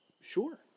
Sure